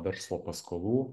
verslo paskolų